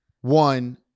One